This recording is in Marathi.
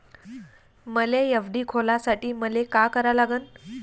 मले एफ.डी खोलासाठी मले का करा लागन?